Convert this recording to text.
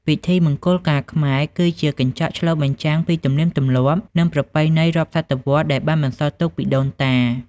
ពិធីមង្គលការខ្មែរ គឺជាកញ្ចក់ឆ្លុះបញ្ចាំងពី ទំនៀមទម្លាប់ និងប្រពៃណីរាប់សតវត្សរ៍ ដែលបានបន្សល់ទុកពីដូនតា។